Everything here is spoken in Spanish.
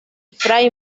fray